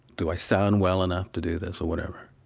do i sound well enough to do this or whatever,